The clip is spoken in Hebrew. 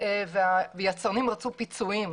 והיצרנים רצו פיצויים.